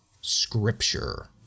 scripture